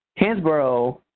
Hansborough